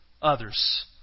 Others